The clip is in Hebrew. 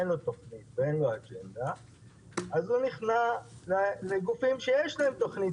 אין לו תוכנית ואין לו אג'נדה אז הוא נכנע לגופים שיש להם תוכנית,